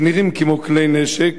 שנראים כמו כלי-נשק,